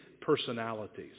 personalities